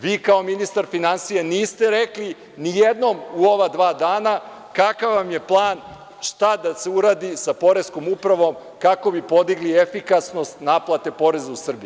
Vi kao ministar finansija niste rekli nijednom u ova dva dana kakav vam je plan šta da se uradi sa poreskom upravom kako bi podigli efikasnost naplate poreza u Srbiji.